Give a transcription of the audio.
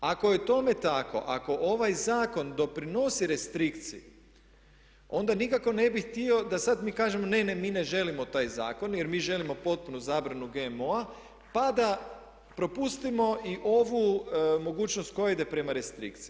Ako je tome tako, ako ovaj zakon doprinosi restrikciji onda nikako ne bih htio da mi sad kažemo ne, ne, mi ne želimo taj zakon jer mi želimo potpunu zabranu GMO-a pa da propustimo i ovu mogućnost koja ide prema restrikciji.